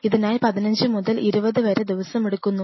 ഇതിനായി 15 മുതൽ 20 ദിവസം വരെ എടുക്കുന്നു